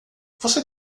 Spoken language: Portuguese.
você